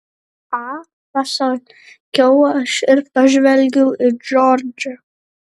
a pasakiau aš ir pažvelgiau į džordžą